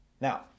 Now